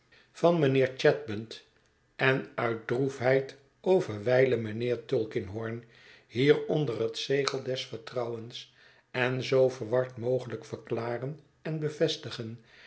van mijnheer chadband en uit droefheid over wijlen mijnheer tulkinghorn hier onder het zegel des vertrouwens en zoo verward mogelijk verklaren en bevestigen